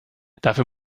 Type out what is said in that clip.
dafür